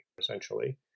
essentially